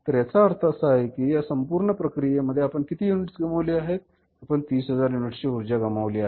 तरयाचा अर्थ असा आहे की या संपूर्ण प्रक्रियेमध्ये आपण किती युनिट्स गमावली आहेत आपण 30000 युनिट्सची उर्जा गमावली आहे